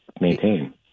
maintain